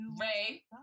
Ray